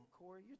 Corey